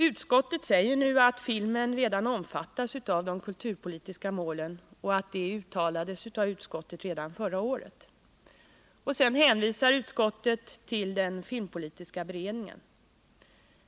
Utskottet säger nu att filmen redan omfattas av de kulturpolitiska målen och att detta uttalades redan förra året. Utskottet hänvisar också till den filmpolitiska beredningen.